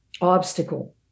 obstacle